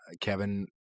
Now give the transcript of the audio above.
Kevin